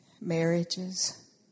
marriages